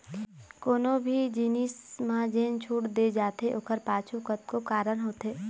कोनो भी जिनिस म जेन छूट दे जाथे ओखर पाछू कतको कारन होथे